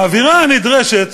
האווירה הנדרשת